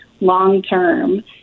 long-term